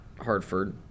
Hartford